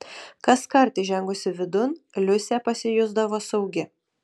kaskart įžengusi vidun liusė pasijusdavo saugi